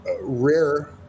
rare